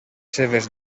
seves